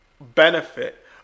benefit